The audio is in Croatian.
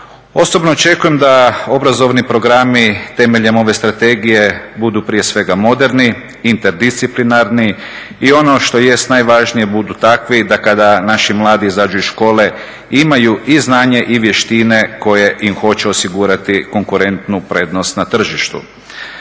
Osobno očekujem da obrazovni programi temeljem ove strategije budu prije svega moderni, interdisciplinarni i ono što jest najvažnije, budu takvi da kada naši mladi izađu iz škole imaju i znanje i vještine koje im hoće osigurati konkurentnu prednost na tržištu.